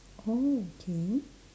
oh okay